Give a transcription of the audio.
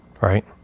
right